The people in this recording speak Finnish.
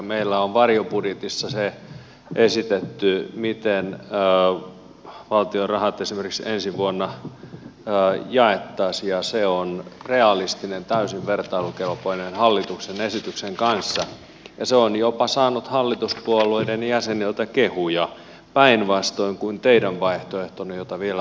meillä on varjobudjetissa se esitetty miten valtion rahat esimerkiksi ensi vuonna jaettaisiin ja se on realistinen täysin vertailukelpoinen hallituksen esityksen kanssa ja se on jopa saanut hallituspuolueiden jäseniltä kehuja päinvastoin kuin teidän vaihtoehtonne jota vielä odotetaan